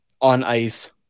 on-ice